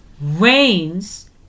Rains